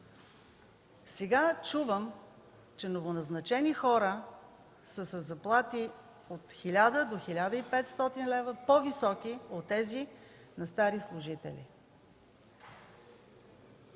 Сега чувам, че новоназначени хора са със заплати от 1000 до 1500 лв. по-високи от тези на стари служители.